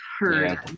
heard